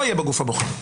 לא יהיה בגוף הבוחר.